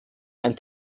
ein